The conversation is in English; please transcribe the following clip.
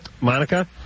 Monica